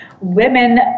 Women